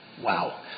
Wow